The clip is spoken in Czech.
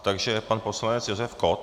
Takže pan poslanec Josef Kott.